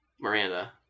Miranda